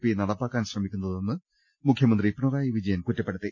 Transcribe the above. P നടപ്പാക്കാൻ ശ്രമിക്കുന്നതെന്ന് മുഖ്യ മന്ത്രി പിണറായി വിജയൻ കുറ്റപ്പെടുത്തി